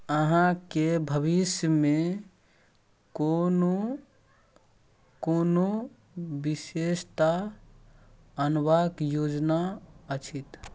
अहाँके भविष्यमे कोनो कोनो विशेषता अनबाक योजना अछि